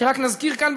שרק נזכיר כאן,